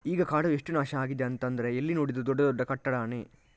ಈಗ ಕಾಡು ಎಷ್ಟು ನಾಶ ಆಗಿದೆ ಅಂತಂದ್ರೆ ಎಲ್ಲಿ ನೋಡಿದ್ರೂ ದೊಡ್ಡ ದೊಡ್ಡ ಕಟ್ಟಡಾನೇ